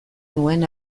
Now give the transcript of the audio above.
nuen